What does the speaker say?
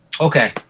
Okay